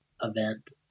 event